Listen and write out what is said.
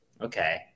okay